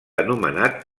anomenat